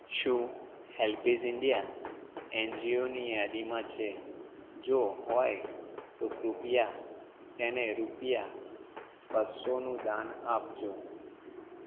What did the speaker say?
શું HelpAge India એનીજીઓની યાદીમાં છે જો હોય તો કૃપયા તેને રૂપિયા બસોનું દાન આપજો